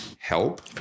help